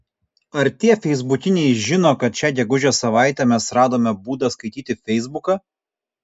ar tie feisbukiniai žino kad šią gegužės savaitę mes radome būdą skaityti feisbuką